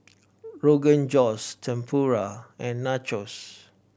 Rogan Josh Tempura and Nachos